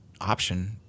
option